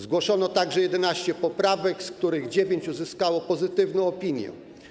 Zgłoszono także 11 poprawek, z których 9 uzyskało pozytywną opinię.